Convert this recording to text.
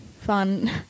fun